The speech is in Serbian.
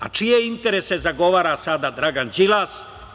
A čije interese zagovara sada Dragan Đilas?